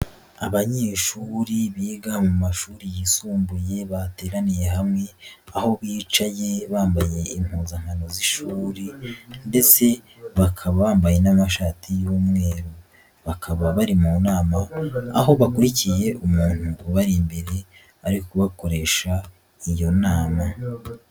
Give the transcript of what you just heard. Abanyeshuri biga mu mashuri yisumbuye bateraniye hamwe, aho yicaye bambaye impuzankano z'ishuri ndetse bakaba bambaye n'amashati y'umweru, bakaba bari mu nama aho bakurikiye umuntu uba imbere arikoresha iyo nama.